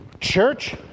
church